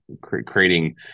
creating